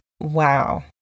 wow